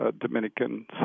Dominican